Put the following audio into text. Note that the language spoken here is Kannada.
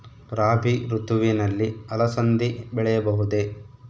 ರಾಭಿ ಋತುವಿನಲ್ಲಿ ಅಲಸಂದಿ ಬೆಳೆಯಬಹುದೆ?